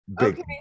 okay